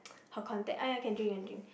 her contact oh ya can drink can drink